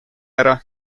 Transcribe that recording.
ära